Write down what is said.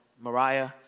Mariah